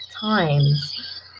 times